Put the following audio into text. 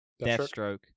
Deathstroke